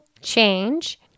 change